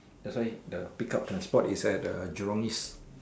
that's why the pick up transport is at the Jurong East